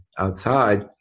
outside